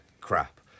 crap